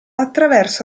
attraverso